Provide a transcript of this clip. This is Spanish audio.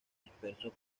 dispersos